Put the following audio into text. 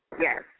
Yes